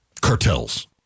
cartels